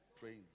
Praying